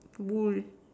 bull